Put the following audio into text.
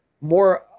more